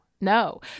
no